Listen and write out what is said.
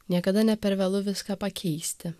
niekada ne per vėlu viską pakeisti